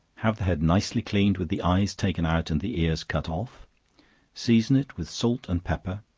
have the head nicely cleaned, with the eyes taken out, and the ears cut off season it with salt and pepper